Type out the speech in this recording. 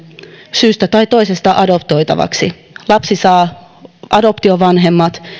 syystä tai toisesta adoptoitavaksi lapsi saa adoptiovanhemmat